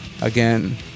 Again